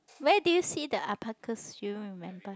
where did you see the alpacas do you remember